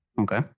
Okay